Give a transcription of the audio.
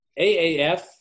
AAF